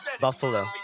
Buffalo